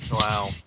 Wow